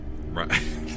Right